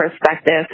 perspective